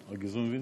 א געזונטע ווינטער.